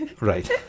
Right